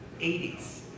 80s